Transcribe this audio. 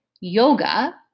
yoga